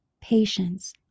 patience